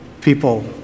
people